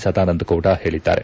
ಸದಾನಂದಗೌಡ ಹೇಳದ್ದಾರೆ